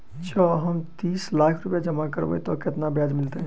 जँ हम तीस लाख जमा करबै तऽ केतना ब्याज मिलतै?